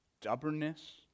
Stubbornness